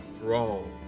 thralls